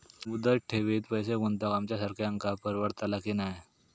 मुदत ठेवीत पैसे गुंतवक आमच्यासारख्यांका परवडतला की नाय?